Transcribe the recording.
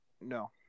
No